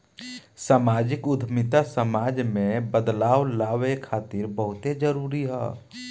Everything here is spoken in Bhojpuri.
सामाजिक उद्यमिता समाज में बदलाव लावे खातिर बहुते जरूरी ह